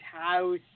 house